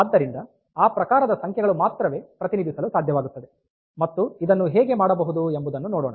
ಆದ್ದರಿಂದ ಆ ಪ್ರಕಾರದ ಸಂಖ್ಯೆಗಳು ಮಾತ್ರವೇ ಪ್ರತಿನಿಧಿಸಲು ಸಾಧ್ಯವಾಗುತ್ತದೆ ಮತ್ತು ಇದನ್ನು ಹೇಗೆ ಮಾಡಬಹುದು ಎಂಬುದನ್ನು ನೋಡೋಣ